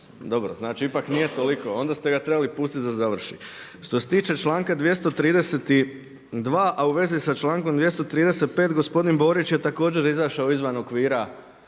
znači ipak nije toliko, onda ste ga trebali pustiti da završi. Što se tiče članka 232. a u vezi sa člankom 235. gospodin Borić je također izašao izvan okvira